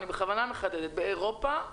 אני כוונה מחדדת באירופה,